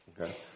Okay